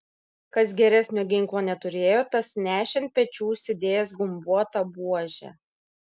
kas geresnio ginklo neturėjo tas nešė ant pečių užsidėjęs gumbuotą buožę